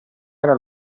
era